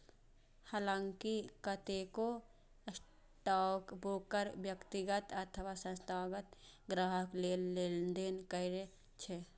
हलांकि कतेको स्टॉकब्रोकर व्यक्तिगत अथवा संस्थागत ग्राहक लेल लेनदेन करै छै